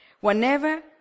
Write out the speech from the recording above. Whenever